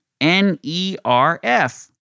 N-E-R-F